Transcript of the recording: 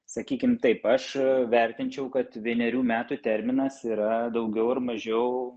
sakykim taip aš vertinčiau kad vienerių metų terminas yra daugiau ar mažiau